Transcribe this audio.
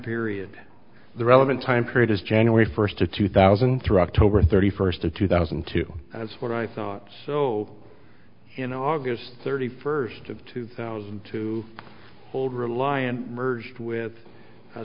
period the relevant time period is january first to two thousand through october thirty first of two thousand and two that's what i thought so you know august thirty first of two thousand to hold reliant merged with a